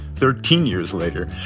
thirteen years later,